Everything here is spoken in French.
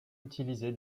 utilisé